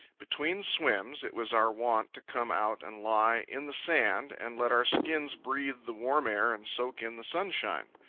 between swims it was our wont to come out and lie in the sand and let our skins breathe the warm air and soak in the sunshine.